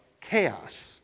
chaos